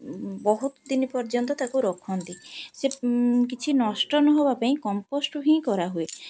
ବହୁତ ଦିନ ପର୍ଯ୍ୟନ୍ତ ତାକୁ ରଖନ୍ତି ସେ କିଛି ନଷ୍ଟ ନହବା ପାଇଁ କମ୍ପୋଷ୍ଟ ହିଁ କରା ହୁଏ